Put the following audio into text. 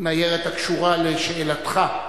ניירת הקשורה לשאלתך,